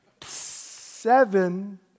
seven